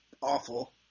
awful